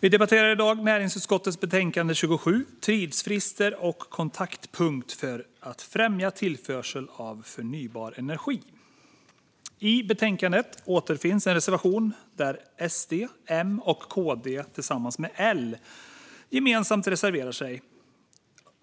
Vi debatterar i dag näringsutskottets betänkande 27 Tidsfrister och kontaktpunkt för att främja tillförsel av förnybar energi . I betänkandet återfinns en reservation där SD, M, och KD tillsammans med L gemensamt reserverar sig.